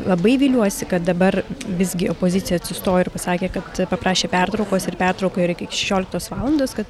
labai viliuosi kad dabar visgi opozicija atsistojo ir pasakė kad paprašė pertraukos ir pertrauka yra iki šešioliktos valandos kad